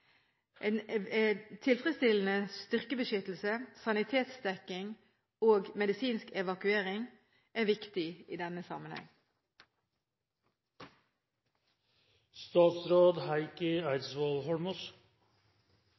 en tilfredsstillende måte. Tilfredsstillende styrkebeskyttelse, sanitetsdekning og medisinsk evakuering er viktig i denne